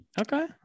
Okay